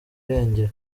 irengero